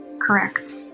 Correct